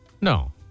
No